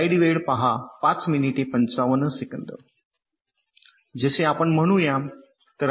जसे आपण म्हणू या